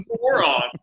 moron